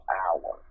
hour